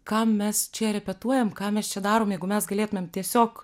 kam mes čia repetuojam ką mes čia darom jeigu mes galėtumėm tiesiog